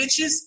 bitches